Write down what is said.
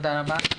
תודה רבה.